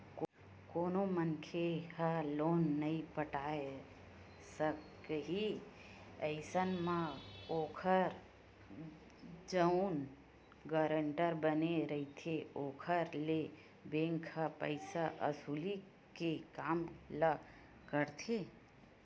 कोनो मनखे ह लोन नइ पटाय सकही अइसन म ओखर जउन गारंटर बने रहिथे ओखर ले बेंक ह पइसा वसूली के काम ल करथे